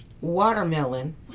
watermelon